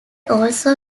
also